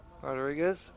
Rodriguez